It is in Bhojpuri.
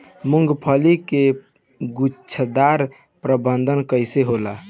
मूँगफली के गुछेदार प्रभेद कौन होला?